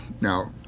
Now